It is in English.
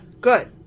good